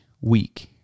week